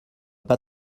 pas